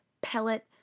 pellet